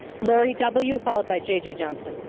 lori w. followed by jj johnson.